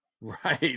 right